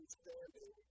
standing